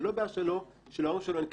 זו לא בעיה שלו שלהורים שלו אין כסף.